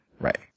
Right